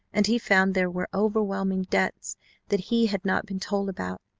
and he found there were overwhelming debts that he had not been told about,